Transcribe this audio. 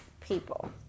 people